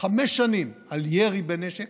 חמש שנים על ירי בנשק,